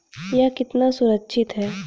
यह कितना सुरक्षित है?